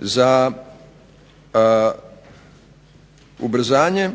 za ubrzanje